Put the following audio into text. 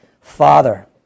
Father